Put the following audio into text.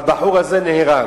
והבחור הזה נהרג.